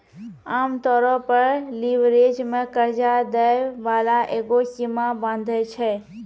आमतौरो पे लीवरेज मे कर्जा दै बाला एगो सीमा बाँधै छै